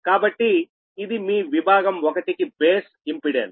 కాబట్టి ఇది మీ విభాగం 1 కి బేస్ ఇంపెడెన్స్